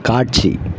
காட்சி